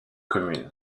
commune